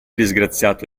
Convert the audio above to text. disgraziato